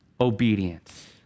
obedience